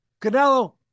Canelo